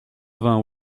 vingt